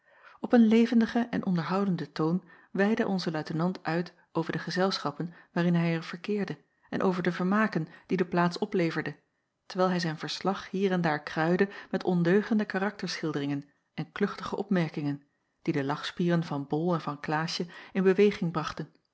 op een levendigen en onderhoudenden toon weidde onze luitenant uit over de gezelschappen waarin hij er verkeerde en over de vermaken die de plaats opleverde terwijl hij zijn verslag hier en daar kruidde met ondeugende karakterschilderingen en kluchtige opmerkingen die de lachspieren van bol en van klaasje in beweging brachten